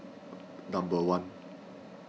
number one